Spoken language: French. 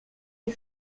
est